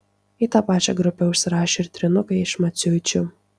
į tą pačią grupę užsirašė ir trynukai iš maciuičių